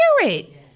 spirit